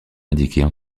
indiquées